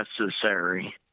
necessary